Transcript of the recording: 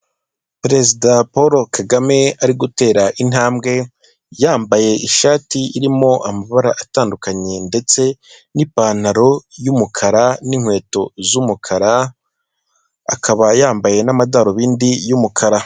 Perezida Polo Kagame ari gutera intambwe yambaye ishati irimo amabara atandukanye ndetse n'ipantaro y'umukara n'inkweto z'umukara, akaba yambaye n'amadarubindi y'umukara.